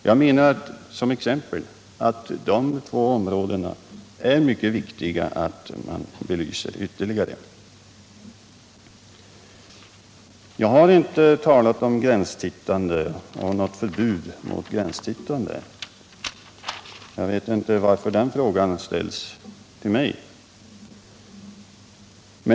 Jag menar att det är mycket viktigt att bl.a. dessa områden ytterligare belyses. Jag har inte talat om gränstittande eller något förbud mot ett sådant. Jag vet inte varför den frågan ställts till mig.